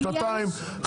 שנתיים,